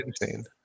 insane